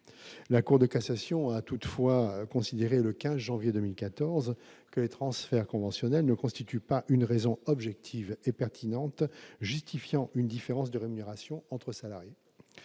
La Cour de cassation a toutefois considéré, le 15 janvier 2014, que les transferts conventionnels ne constituaient pas une raison objective et pertinente justifiant une différence de rémunération entre salariés.